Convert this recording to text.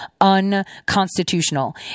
unconstitutional